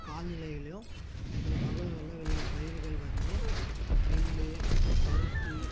காலநிலையிலேயும் எங்கள் பகுதிகளில் விளையும் பயிர்கள் வந்து நெல் பருத்தி